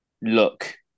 look